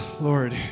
Lord